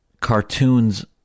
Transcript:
cartoons